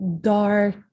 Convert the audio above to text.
dark